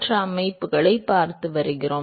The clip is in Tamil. மற்ற அமைப்புகளையும் பார்த்து வருகிறோம்